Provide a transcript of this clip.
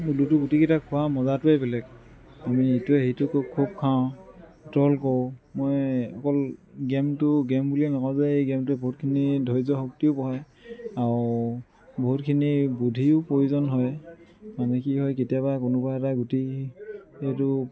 লুডুটো গুটিকেইটা খোৱাৰ মজাটোৱে বেলেগ আমি ইটোৱে সিটোকো খুব খাওঁ ট্ৰল কৰোঁ মই অকল গেমটো গেম বুলিয়ে মনতে এই গেমটোৱে বহুতখিনি ধৈৰ্য্য শক্তিও বঢ়ায় আৰু বহুতখিনি বুদ্ধিও প্ৰয়োজন হয় মানে কি হয় কেতিয়াবা কোনোবা এটা গুটি এইটো